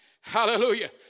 hallelujah